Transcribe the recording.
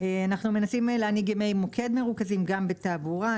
אנחנו מנסים להנהיג ימי מוקד מרוכזים גם בתעבורה,